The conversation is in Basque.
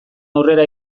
aurrera